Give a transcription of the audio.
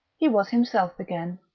he was himself again.